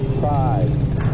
five